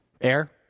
Air